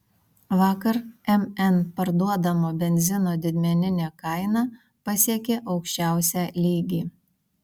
vakar mn parduodamo benzino didmeninė kaina pasiekė aukščiausią lygį